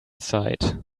side